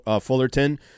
Fullerton